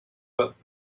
but